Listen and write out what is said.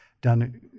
done